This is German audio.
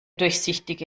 durchsichtige